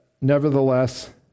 Nevertheless